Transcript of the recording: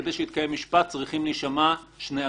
כדי שיתקיים משפט צריכים להישמע שני הצדדים.